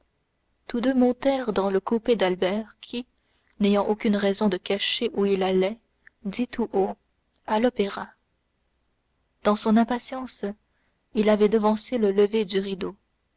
tous deux montèrent dans le coupé d'albert qui n'ayant aucune raison de cacher où il allait dit tout haut à l'opéra dans son impatience il avait devancé le lever du rideau